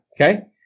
okay